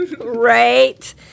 Right